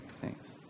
Thanks